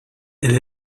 elle